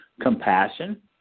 Compassion